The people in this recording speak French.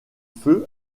feu